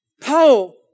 Paul